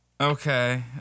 Okay